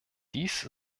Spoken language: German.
dies